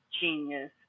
genius